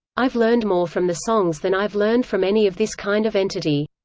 i've learned more from the songs than i've learned from any of this kind of entity.